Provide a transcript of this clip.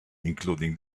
including